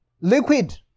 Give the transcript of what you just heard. Liquid